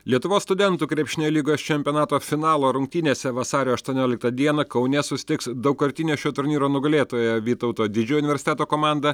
lietuvos studentų krepšinio lygos čempionato finalo rungtynėse vasario aštuonioliktą dieną kaune susitiks daugkartinė šio turnyro nugalėtoja vytauto didžiojo universiteto komanda